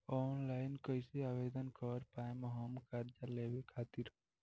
Online कइसे आवेदन कर पाएम हम कर्जा लेवे खातिर?